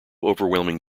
overwhelming